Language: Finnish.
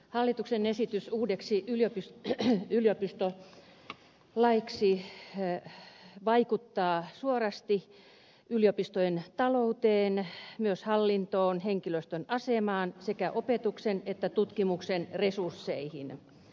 hallituksen esitys uudeksi yliopistolaiksi vaikuttaa suorasti yliopistojen talouteen myös hallintoon ja henkilöstön asemaan sekä opetuksen ja tutkimuksen resursseihin